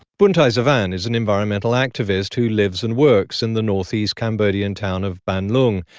bunthai sovann is an environmental activist who lives and works in the northeast cambodian town of banlung.